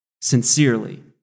Sincerely